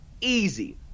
easy